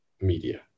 media